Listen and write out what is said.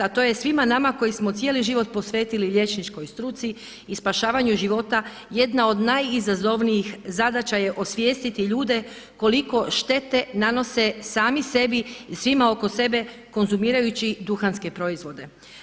A to je svima nama koji smo cijeli život posvetili liječničkoj struci i spašavanju života jedna od najizazovnijih zadaća je osvijestiti ljude koliko štete nanose sami sebi i svima oko sebe konzumirajući duhanske proizvode.